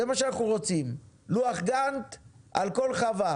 זה מה שאנחנו רוצים, לוח גנט על כל חווה.